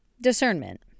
Discernment